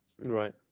right